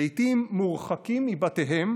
שלעיתים מורחקים מבתיהם